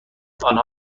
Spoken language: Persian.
آنها